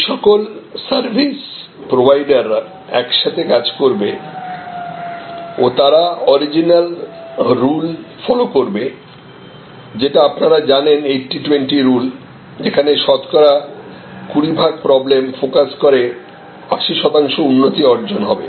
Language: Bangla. এই সকল সার্ভিস প্রোভাইডার একসাথে কাজ করবে ও তারা অরিজিনাল রুল ফলো করবে যেটা আপনারা জানেন 80 20 রুল যেখানে শতকরা 20 প্রবলেমে ফোকাস করে 80 শতাংশ উন্নতি অর্জন হবে